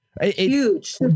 Huge